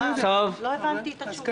לא הבנתי את התשובה.